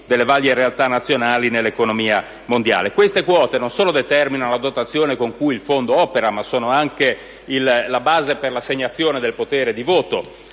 Queste quote non solo determinano la dotazione con cui il Fondo opera ma sono anche la base per l'assegnazione del potere di voto